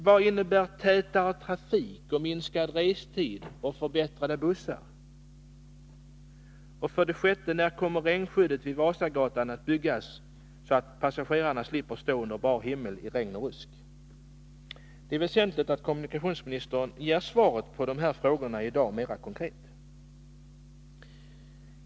Vad innebär tätare trafik, minskad restid och förbättrade bussar? Det är väsentligt att kommunikationsministern ger mer konkreta svar på dessa frågor i dag.